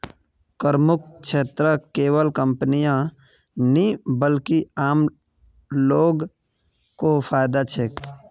करमुक्त क्षेत्रत केवल कंपनीय नी बल्कि आम लो ग को फायदा छेक